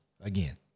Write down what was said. Again